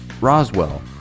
Roswell